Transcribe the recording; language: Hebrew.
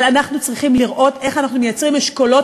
אבל אנחנו צריכים לראות איך אנחנו מייצרים אשכולות